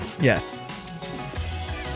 Yes